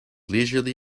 leisurely